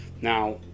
Now